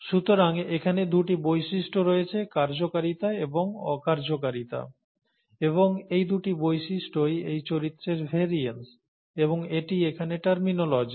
সুতরাং এখানে দুটি বৈশিষ্ট্য রয়েছে কার্যকারিতা এবং অকার্যকারিতা এবং এই দুটি বৈশিষ্ট্যই এই চরিত্রের ভেরিয়ান্স এবং এটিই এখানে টার্মিনোলজি